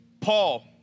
Paul